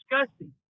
disgusting